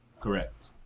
Correct